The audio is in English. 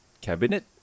Cabinet